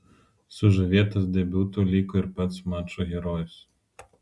sužavėtas debiutu liko ir pats mačo herojus